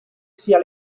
sia